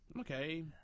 Okay